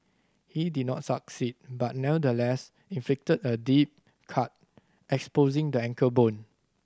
he did not succeed but nevertheless inflicted a deep cut exposing the ankle bone